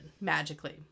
magically